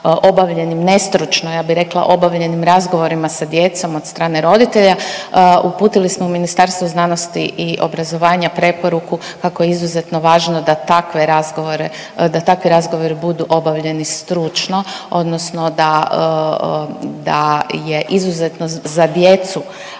obavljenim nestručno ja bih rekla obavljenim razgovorima sa djecom od strane roditelja uputili smo Ministarstvu znanosti i obrazovanja preporuku kako je izuzetno važno da takve razgovore, da takvi razgovori budu obavljeni stručno odnosno da je izuzetno za djecu